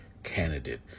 Candidate